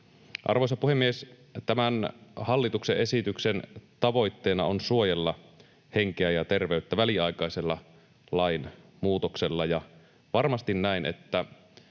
Arvoisa puhemies! Tämän hallituksen esityksen tavoitteena on suojella henkeä ja terveyttä väliaikaisella lainmuutoksella. Varmasti on näin, että